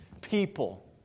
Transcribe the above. people